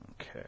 Okay